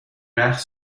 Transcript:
رقص